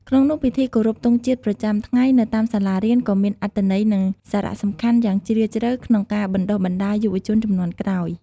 ក្នុងនោះពិធីគោរពទង់ជាតិប្រចាំថ្ងៃនៅតាមសាលារៀនក៏មាន អត្ថន័យ និងសារៈសំខាន់យ៉ាងជ្រាលជ្រៅ ក្នុងការបណ្ដុះបណ្ដាលយុវជនជំនាន់ក្រោយ។